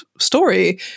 story